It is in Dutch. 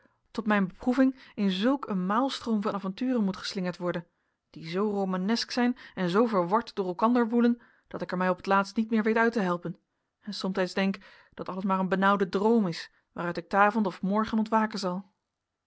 tot mijn beproeving in zulk een maalstroom van avonturen moet geslingerd worden die zoo romanesk zijn en zoo verward door elkander woelen dat ik er mij op t laatst niet meer weet uit te helpen en somtijds denk dat alles maar een benauwde droom is waaruit ik t avond of morgen ontwaken zal